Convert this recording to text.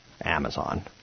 Amazon